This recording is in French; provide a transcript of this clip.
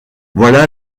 voilà